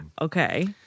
Okay